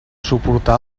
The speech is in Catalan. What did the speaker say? suportar